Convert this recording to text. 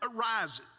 arises